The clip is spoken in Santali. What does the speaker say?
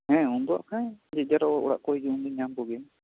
ᱦᱮᱸ ᱩᱱᱫᱚᱦᱟᱜ ᱠᱷᱟᱡ ᱡᱮᱡᱟᱨ ᱚᱲᱟᱜ ᱠᱚ ᱦᱤᱡᱩᱜᱼᱟ ᱩᱱᱫᱩᱧ ᱧᱟᱢ ᱠᱚᱜᱮᱭᱟ